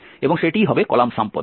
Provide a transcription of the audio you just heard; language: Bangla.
এবং সেটিই হবে কলাম সাম পদ্ধতি